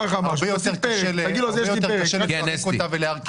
הרבה יותר קשה לפרק אותה ולהרחיב אותה.